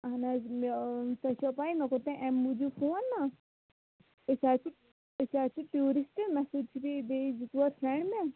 اہن حظ تۄہہِ چھوَا پاے مےٚ کوٛر تۄہہِ اَمہِ موٗجوٗب فوٗن نا أسۍ حظ چھِ أسۍ حظ چھِ ٹیوٗرِسٹ مےٚ سۭتۍ چھِ بیٚیہِ بیٚیہِ زٕژور فرٛیٚنٛڈ مےٚ